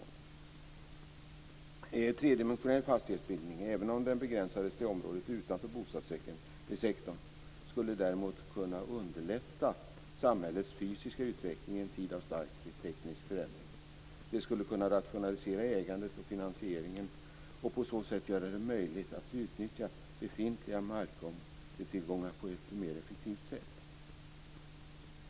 Tredimensionell fastighetsbildning, även om den begränsades till området utanför bostadssektorn, skulle däremot kunna underlätta samhällets fysiska utveckling i en tid av stark teknisk förändring. Den skulle kunna rationalisera ägandet och finansieringen, och på så sätt göra det möjligt att utnyttja befintliga marktillgångar på ett mer effektivt sätt.